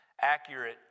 accurate